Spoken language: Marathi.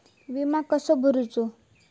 विमा कसो भरूचो?